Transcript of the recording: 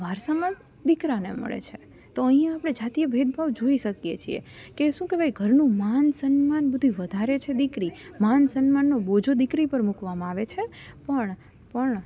વારસામાં દીકરાને મળે છે તો અહીં આપણે જાતીય ભેદભાવ જોઈ શકીએ છીએ કે શું કહેવાય ઘરનું માન સન્માન બધું વધારે છે દીકરી માન સન્માનનો બોજો દીકરી પર મૂકવામાં આવે છે પણ પણ